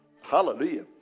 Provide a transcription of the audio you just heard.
Hallelujah